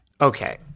Okay